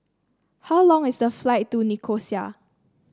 how long is the flight to Nicosia